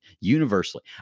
universally